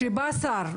כשבא שר,